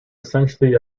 essentially